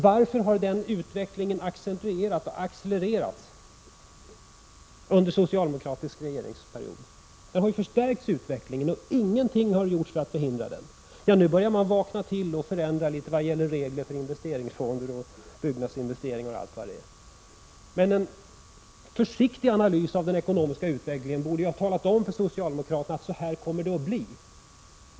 Varför har den utvecklingen accentuerats och accelererat under socialdemokratisk regeringsperiod? Denna utveckling har ju förstärkts, och ingenting har gjorts för att förhindra den. Nu börjar socialdemokraterna vakna till och förändra litet vad gäller regler för investeringsfonder, byggnadsinvesteringar och allt vad det är, men en försiktig analys av den ekonomiska utvecklingen borde ha talat om för socialdemokraterna att det kommer att bli så här.